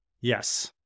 yes